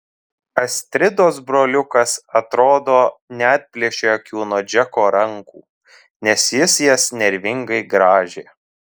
astridos broliukas atrodo neatplėšė akių nuo džeko rankų nes jis jas nervingai grąžė